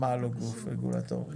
מה לא גוף רגולטורי?